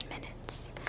minutes